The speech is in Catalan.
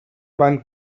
van